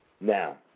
Now